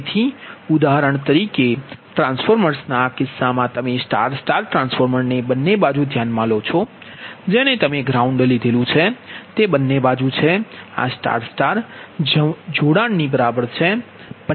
તેથી ઉદાહરણ તરીકે ટ્રાન્સફોર્મર ના આ કિસ્સામાં તમે સ્ટાર સ્ટાર ટ્રાન્સફોર્મરને બંને બાજુ ધ્યાનમાં લો છો જેને તમે ગ્રાઉંડ લીધેલુ છે તે બંને બાજુ છે આ સ્ટાર સ્ટાર જોડાણની બરાબર છે